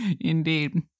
Indeed